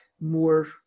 more